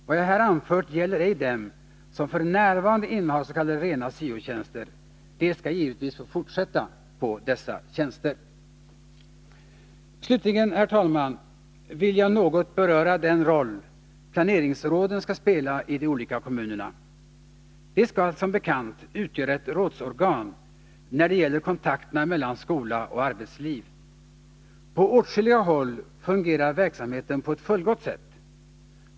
Vad jag här anfört gäller ej dem som f. n. innehars.k. rena syo-tjänster. De skall givetvis få fortsätta att arbeta på dessa tjänster. Slutligen, herr talman, vill jag något beröra den roll planeringsråden skall spela i de olika kommunerna. De skall som bekant utgöra ett rådsorgan när det gäller kontakterna mellan skola och arbetsliv. På åtskilliga håll fungerar verksamheten på ett fullgott sätt.